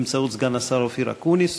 באמצעות סגן השר אופיר אקוניס.